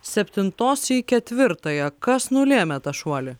septintos į ketvirtąją kas nulėmė tą šuolį